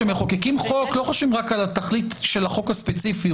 כשמחוקקים חוק לא חושבים רק על התכלית של החוק הספציפי,